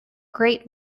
great